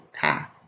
path